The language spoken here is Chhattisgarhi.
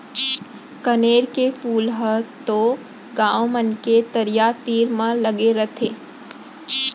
कनेर के फूल ह तो गॉंव मन के तरिया तीर म लगे रथे